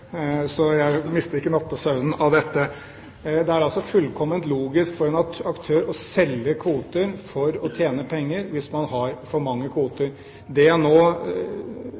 så jeg mister ikke nattesøvnen av dette. Det er altså fullkomment logisk for en aktør å selge kvoter for å tjene penger hvis man har for mange kvoter. Det jeg nå